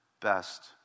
best